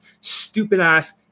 stupid-ass